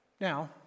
Now